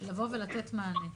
לבוא ולתת מענה.